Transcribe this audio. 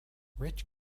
rich